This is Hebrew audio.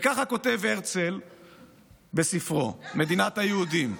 וככה כתב הרצל בספרו "מדינת היהודים".